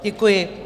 Děkuji.